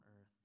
earth